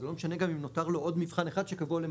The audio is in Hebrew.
זה לא משנה גם אם נותר לו עוד מבחן אחד שקבוע למחר.